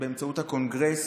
באמצעות הקונגרס,